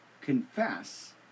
confess